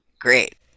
great